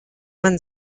man